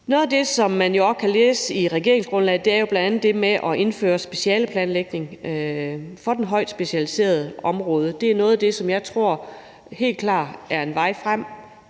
Noget, som man jo også kan læse i regeringsgrundlaget, er bl.a. det med at indføre specialeplanlægning for det højt specialiserede område. Det er noget, som jeg helt klart tror er en vej frem,